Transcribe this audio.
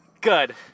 Good